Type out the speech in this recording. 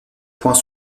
point